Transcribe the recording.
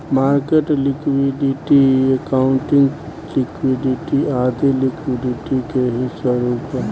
market liquidity, accounting liquidity आदी liquidity के ही स्वरूप है